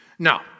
Now